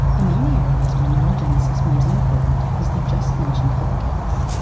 among the areas where neurogenesis may be important is the just mentioned hippocampus.